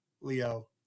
Leo